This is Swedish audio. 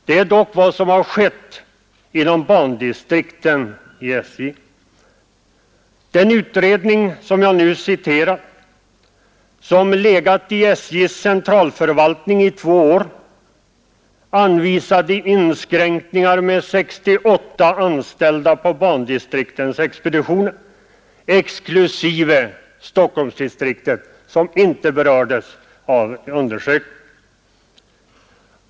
Det är dock vad som skett inom bandistrikten i SJ. Den utredning jag citerade — den har nu legat i SJ:s centralförvaltning i två år — anvisade inskränkningar med 68 anställda på bandistriktens expeditioner — exklusive Stockholmsdistriktet, som inte berördes av undersökningen.